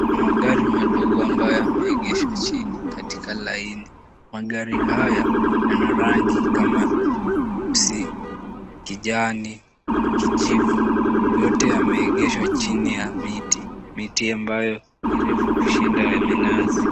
Magari madogo ambayo yameegeshwa chini katika laini. Magari haya yana rangi kama nyeusi, kijani, kijivu, yote yameegeshwa chini ya miti, miti ambayo ni refu kushinda ya minazi.